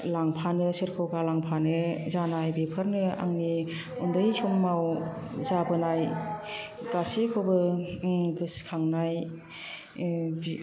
लांफानो सोरखौ गालांफानो जानाय बेफोरनो आंनि उन्दै समाव जाबोनाय गासैखौबो गोसोखांनाय